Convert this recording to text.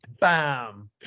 Bam